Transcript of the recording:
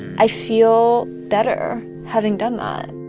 i feel better having done that.